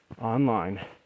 online